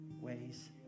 ways